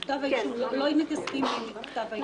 לא מתעסקים עם כתב האישום.